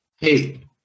hey